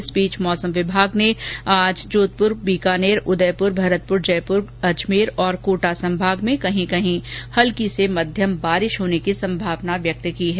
इस बीच मौसम विभाग ने आज जोधपुर बीकानेर उदयपुर भरतपुर जयपुर अजमेर और कोटा संभागों में कहीं कहीं पर हल्की से मध्यम वर्षा होने की संभावना व्यक्त की है